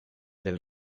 del